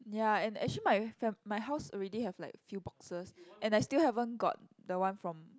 ya and actually my fam~ my house already have like few boxes and I still haven't got the one from